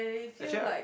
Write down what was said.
actually I